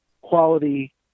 quality